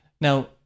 Now